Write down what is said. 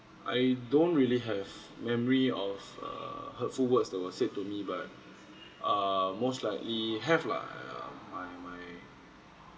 I don't really have memory of err hurtful words that were said to me but err most likely have lah err my my